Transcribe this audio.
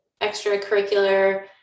extracurricular